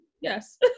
Yes